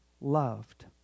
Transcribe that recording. loved